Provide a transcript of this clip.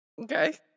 Okay